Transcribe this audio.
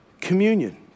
communion